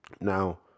Now